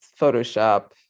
photoshop